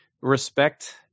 respect